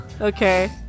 okay